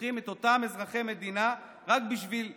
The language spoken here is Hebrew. רוצחים את אותם אזרחי מדינה רק בשביל להרוג,